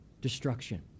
destruction